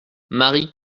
marie